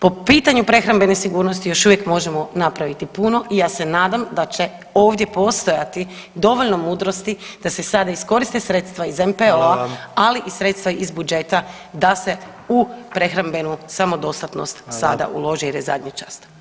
Po pitanju prehrambene sigurnosti još uvijek možemo napraviti puno i ja se nadam da će ovdje postojati dovoljno mudrosti da se sada iskoriste sredstva iz NPOO-a, ali i sredstva iz budžeta da se u prehrambenu samodostatnu sada uloži jer je zadnji čas.